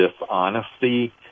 dishonesty